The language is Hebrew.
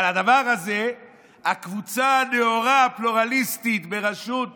על הדבר הזה הקבוצה הנאורה, הפלורליסטית, בראשות